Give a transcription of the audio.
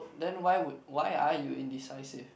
then why would why are you indecisive